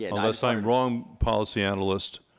yeah and unless i'm wrong policy analysts.